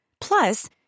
Plus